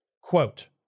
quote